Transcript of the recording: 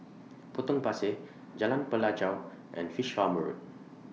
Potong Pasir Jalan Pelajau and Fish Farm Road